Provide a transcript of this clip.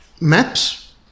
maps